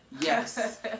yes